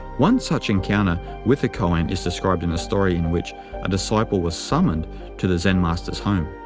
one such encounter with a koan is described in a story in which a disciple was summoned to the zen master's home.